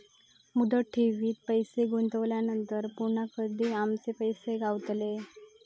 मुदत ठेवीत पैसे गुंतवल्यानंतर पुन्हा कधी आमचे पैसे गावतले?